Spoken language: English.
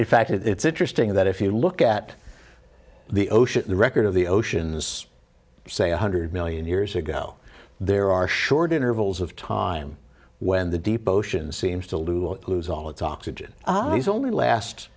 fact it's interesting that if you look at the ocean the record of the oceans say one hundred million years ago there are short intervals of time when the deep ocean seems to lose lose all its oxygen these only last